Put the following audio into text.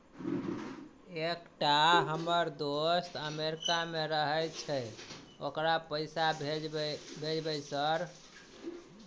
एकटा हम्मर दोस्त अमेरिका मे रहैय छै ओकरा पैसा भेजब सर?